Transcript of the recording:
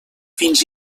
fins